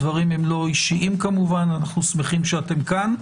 הדברים אינם אישיים כמובן - אנו שמחים שאתם כאן,